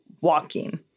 walking